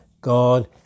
God